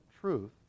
truth